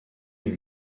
une